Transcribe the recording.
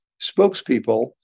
spokespeople